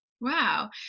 Wow